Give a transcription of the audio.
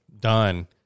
done